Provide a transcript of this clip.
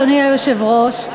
אדוני היושב-ראש,